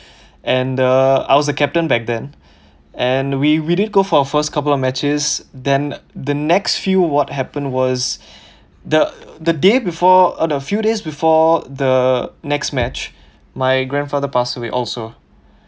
and uh I was a captain back then and we we didn't go for first couple matches then the next few what happened was the the day before a few days before the next match my grandfather passed away also